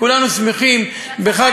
וכולנו שמחים,